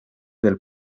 del